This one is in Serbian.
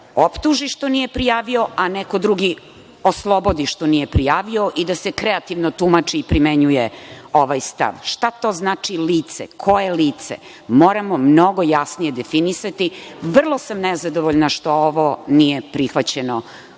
optuži što nije prijavio, a neko drugi oslobodi što nije prijavio i da se kreativno tumači i primenjuje ovaj stav. Šta to znači lice? Koje lice? Moramo mnogo jasnije definisati. Vrlo sam nezadovoljna što ovo nije prihvaćeno